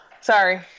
Sorry